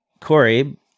Corey